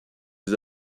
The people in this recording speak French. des